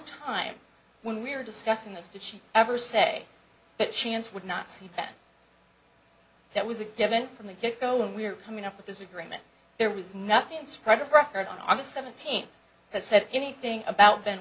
time when we were discussing this did she ever say that chance would not see that that was a given from the get go and we're coming up with this agreement there was nothing in the spread of records on august seventeenth that said anything about be